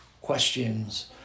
questions